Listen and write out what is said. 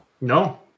No